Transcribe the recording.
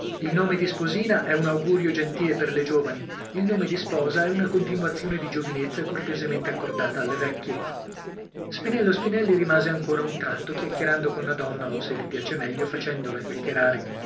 il nome di sposina è un augurio gentile per le giovani il nome di sposa è una continuazione di giovinezza cortesemente accordata alle vecchie spinello spinelli rimase ancora un tratto chiacchierando con la donna o se vi piace meglio facendola chiacchierare